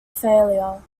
failure